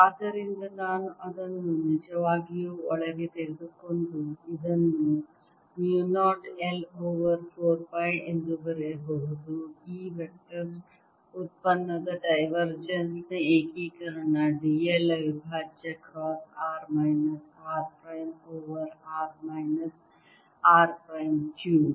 ಆದ್ದರಿಂದ ನಾನು ಅದನ್ನು ನಿಜವಾಗಿಯೂ ಒಳಗೆ ತೆಗೆದುಕೊಂಡು ಇದನ್ನು ಮ್ಯೂ 0 I ಓವರ್ 4 ಪೈ ಎಂದು ಬರೆಯಬಹುದು ಈ ವೆಕ್ಟರ್ ಉತ್ಪನ್ನದ ಡೈವರ್ಜೆನ್ಸ್ ನ ಏಕೀಕರಣ d l ಅವಿಭಾಜ್ಯ cross r minus r prime over r minus r prime cubed